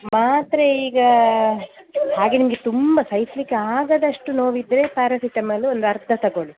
ಮಾತ್ರೆ ಈಗ ಹಾಗೆ ನಿಮಗೆ ತುಂಬ ಸಹಿಸಲಿಕ್ಕೆ ಆಗದಷ್ಟು ನೋವಿದ್ದರೆ ಪ್ಯಾರಾಸಿಟಮಾಲ್ ಒಂದು ಅರ್ಧ ತೊಗೊಳ್ಳಿ